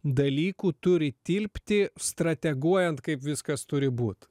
dalykų turi tilpti strateguojant kaip viskas turi būt